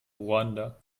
ruanda